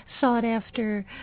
sought-after